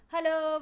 Hello